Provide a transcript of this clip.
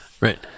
Right